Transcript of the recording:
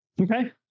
Okay